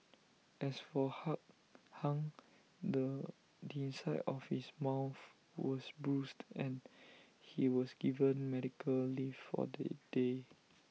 as for hung the inside of his mouth was bruised and he was given medical leave for the day